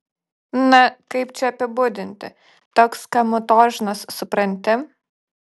na kaip čia apibūdinti toks kamutožnas supranti